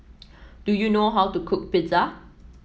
do you know how to cook Pizza